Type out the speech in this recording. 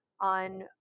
on